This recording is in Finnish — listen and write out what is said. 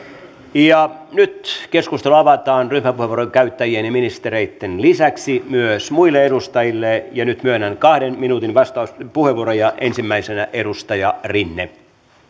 nyt keskustelu avataan ryhmäpuheenvuorojen käyttäjien ja ministereitten lisäksi myös muille edustajille ja nyt myönnän kahden minuutin vastauspuheenvuoroja ensimmäisenä edustaja rinne kiitos